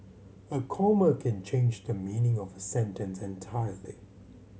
a comma can change the meaning of a sentence entirely